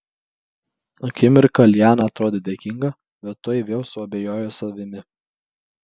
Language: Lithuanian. akimirką liana atrodė dėkinga bet tuoj vėl suabejojo savimi